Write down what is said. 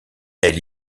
elle